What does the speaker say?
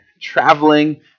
traveling